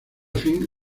fin